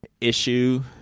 issue